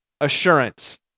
assurance